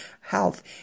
health